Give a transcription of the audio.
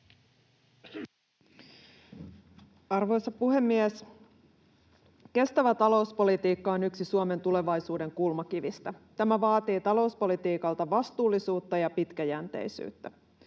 Arvoisa puhemies! Kestävä talouspolitiikka on yksi Suomen tulevaisuuden kulmakivistä. Tämä vaatii talouspolitiikalta vastuullisuutta ja pitkäjänteisyyttä.